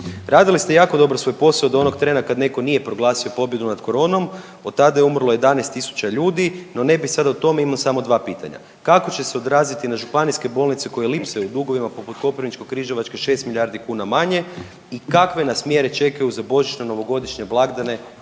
Radili ste jako dobro svoj posao do onog trena kad netko nije proglasio pobjedu nad koronom, od tada je umrlo 11.000 ljudi no ne bi sad o tome imam samo dva pitanja. Kako će se odraziti na županijske bolnice koje lipsaju u dugovima poput Koprivničko-križevačke 6 milijardi kuna manje? I kakve nas mjere čekaju za božićno-novogodišnje blagdane,